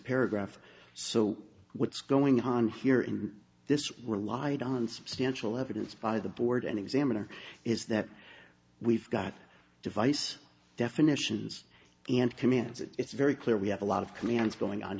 paragraph so what's going on here in this relied on substantial evidence by the board and examiner is that we've got device definitions and commands it's very clear we have a lot of commands going on